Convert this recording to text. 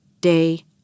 day